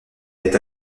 est